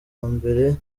mbere